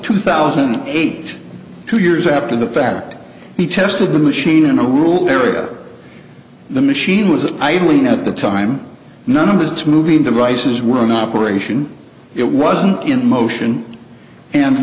two thousand and eight two years after the fact he tested the machine in a rule area the machine was idling at the time none of this moving the rices were an operation it wasn't in motion and